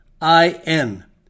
I-N